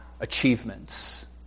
achievements